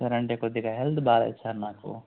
sir అంటే కొద్దిగా health బాగాలేదు సార్ నాకు